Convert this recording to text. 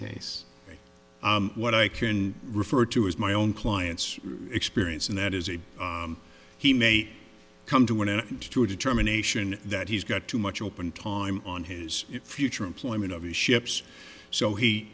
case what i can refer to as my own client's experience and that is a he may come to an end to a determination that he's got too much open time on his future employment of ships so he